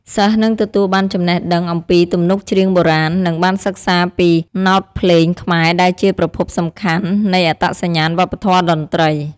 សិស្សនឹងទទួលបានចំណេះដឹងអំពីទំនុកច្រៀងបុរាណ និងបានសិក្សាពីណោតភ្លេងខ្មែរដែលជាប្រភពសំខាន់នៃអត្តសញ្ញាណវប្បធម៌តន្ត្រី។